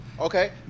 Okay